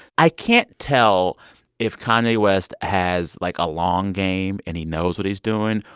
i can't tell if kanye west has, like, a long game and he knows what he's doing,